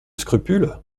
scrupules